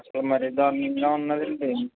అసలు మరీ దారుణంగా ఉన్నాదండి